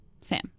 Sam